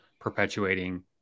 perpetuating